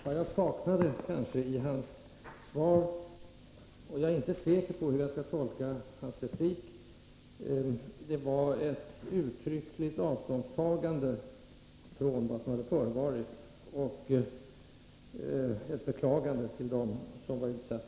Vad jag saknade i hans svar var ett uttryckligt avståndstagande från vad som hade förevarit och ett beklagande till dem som varit utsatta för det.